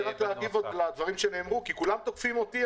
אני רוצה להגיב לדברים שנאמרו כי כולם תוקפים אותי,